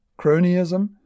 cronyism